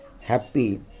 happy